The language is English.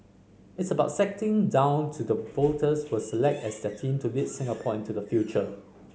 it's about setting down to the voters will select as their team to lead Singapore into the future